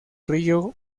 río